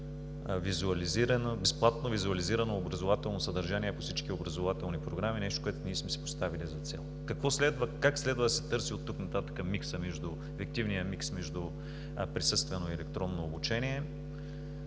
– да имаме безплатно визуализирано образователно съдържание по всички образователни програми – нещо, което ние сме си поставили за цел. Как следва да се търси оттук нататък ефективният микс между присъствено и електронно обучение?